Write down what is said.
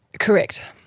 correct.